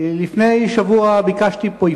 לפני שבוע ביקשתי פה,